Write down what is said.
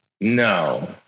no